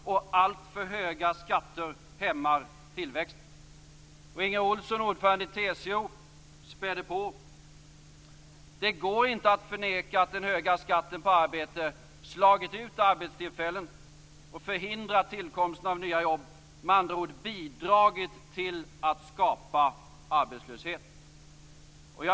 Och alltför höga skatter hämmar tillväxten." "Det går inte att förneka att den höga skatten på arbete slagit ut arbetstillfällen och förhindrat tillkomsten av nya jobb, med andra ord bidragit till att skapa arbetslöshet."